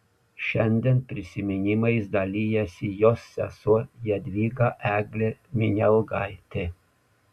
šiandien prisiminimais dalijasi jos sesuo jadvyga eglė minialgaitė